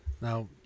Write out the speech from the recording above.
Now